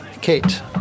Kate